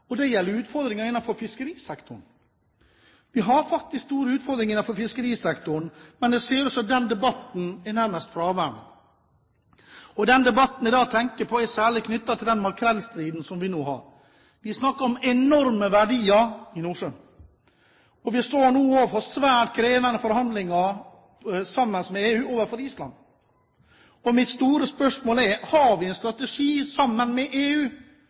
og det gjelder utfordringer innenfor fiskerisektoren. Vi har faktisk store utfordringer innenfor fiskerisektoren, men det synes som om den debatten er nærmest fraværende. Debatten jeg da tenker på, er særlig knyttet til den makrellstriden som vi nå har. Vi snakker om enorme verdier i Nordsjøen. Vi står sammen med EU nå overfor svært krevende forhandlinger med Island, og mitt store spørsmål er: Har vi en strategi sammen med EU,